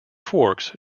forks